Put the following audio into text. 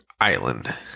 Island